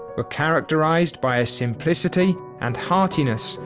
were characterized by a simplicity and heartiness,